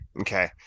Okay